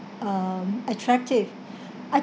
um attractive I